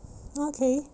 okay